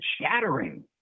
shattering